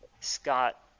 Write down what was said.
Scott –